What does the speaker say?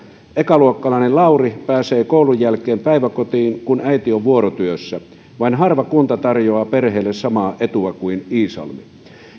ekaluokkalainen lauri pääsee koulun jälkeen päiväkotiin kun äiti on vuorotyössä vain harva kunta tarjoaa perheille samaa etua kuin iisalmi